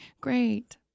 great